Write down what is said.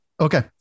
Okay